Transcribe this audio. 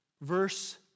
verse